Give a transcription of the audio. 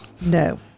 no